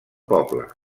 poble